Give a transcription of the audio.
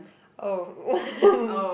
oh